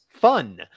Fun